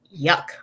yuck